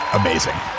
amazing